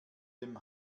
dem